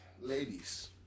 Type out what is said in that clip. ladies